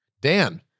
Dan